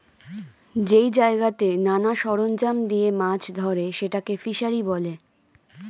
যেই জায়গাতে নানা সরঞ্জাম দিয়ে মাছ ধরে সেটাকে ফিসারী বলে